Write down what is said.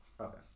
Okay